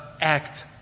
act